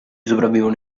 sopravvivono